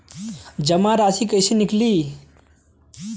जमा राशि कइसे निकली?